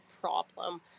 problem